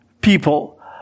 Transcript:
people